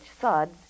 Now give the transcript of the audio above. suds